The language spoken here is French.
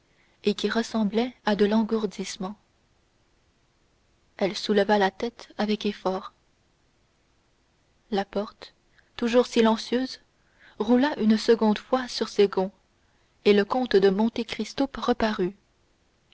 et qui ressemblait à de l'engourdissement elle souleva la tête avec effort la porte toujours silencieuse roula une seconde fois sur ses gonds et le comte de monte cristo reparut